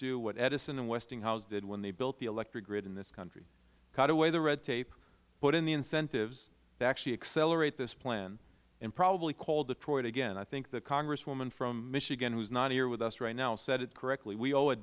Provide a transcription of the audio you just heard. do what edison and westinghouse did when they built the electric grid in this country cut away the red tape put in the incentives to actually accelerate this plan and probably call detroit again the congresswoman from michigan who is not here with us right now said it correctly we owe